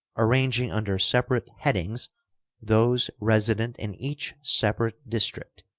arranging under separate headings those resident in each separate district,